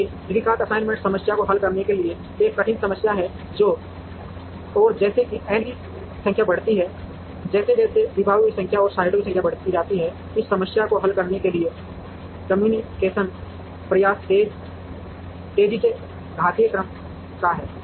फिर भी द्विघात असाइनमेंट समस्या को हल करने के लिए एक कठिन समस्या है और जैसे ही n की संख्या बढ़ती है जैसे जैसे विभागों की संख्या और साइटों की संख्या बढ़ती जाती है इस समस्या को हल करने के लिए कम्प्यूटेशनल प्रयास तेजी से घातीय क्रम का है